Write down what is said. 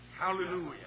Hallelujah